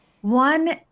one